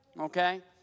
Okay